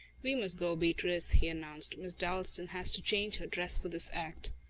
we must go, beatrice, he announced. miss dalstan has to change her dress for this act.